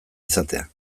izatea